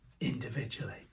individually